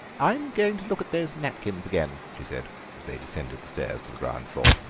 i'm going to look at those napkins again, she said, as they descended the stairs to the ground floor.